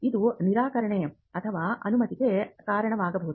ಇದು ನಿರಾಕರಣೆ ಅಥವಾ ಅನುಮತಿಗೆ ಕಾರಣವಾಗಬಹುದು